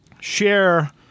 share